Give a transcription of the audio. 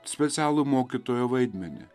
specialų mokytojo vaidmenį